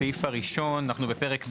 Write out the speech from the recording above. אנחנו בסעיף הראשון בפרק ב',